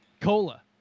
cola